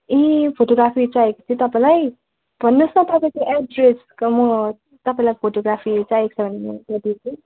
ए photography चाहिएको थियो तपाईँलाई भन्नुहोस् न तपाईँको एड्रेस म तपाईँलाई फोटोग्राफी चाहिएको छ भने म गरिदिन्छु